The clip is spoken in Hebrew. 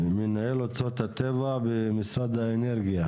מנהל אוצרות הטבע במשרד האנרגיה.